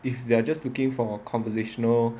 if there are just looking for a conversational